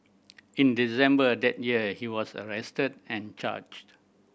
in December that year he was arrested and charged